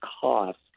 cost